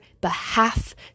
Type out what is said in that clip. behalf